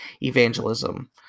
evangelism